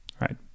right